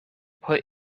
put